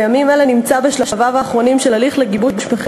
ובימים אלה נמצא בשלביו האחרונים של הליך לגיבוש מחיר